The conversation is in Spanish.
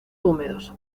húmedos